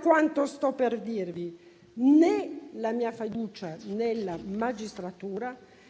quanto sto per dirvi, né la mia fiducia nella magistratura,